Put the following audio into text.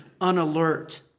unalert